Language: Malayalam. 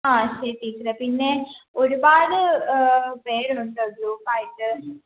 ആ ശരി ടീച്ചറെ പിന്നെ ഒരുപാട് പേരുണ്ടോ ഗ്രൂപ്പ് ആയിട്ട്